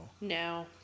no